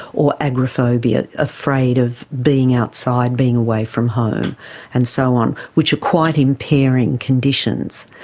or agoraphobia, afraid of being outside, being away from home and so on, which are quite impairing conditions.